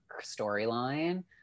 storyline